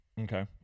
okay